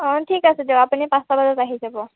অঁ ঠিক আছে দিয়ক আপুনি পাঁচটা বজাত আহি যাব